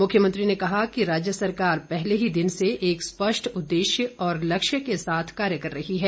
मुख्यमंत्री ने कहा कि राज्य सरकार पहले ही दिन से एक स्पष्ट उदेश्य और लक्ष्य के साथ कार्य कर रही है